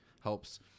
helps